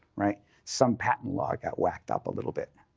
right? some patent law got whacked up a little bit.